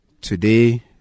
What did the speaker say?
today